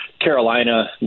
Carolina